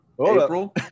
April